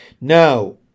Now